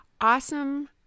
awesome